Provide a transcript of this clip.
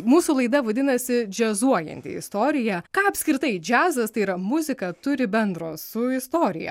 mūsų laida vadinasi džiazuojanti istorija ką apskritai džiazas tai yra muzika turi bendro su istorija